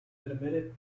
admitted